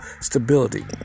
stability